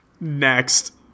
Next